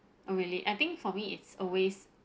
oh really I think for me it's always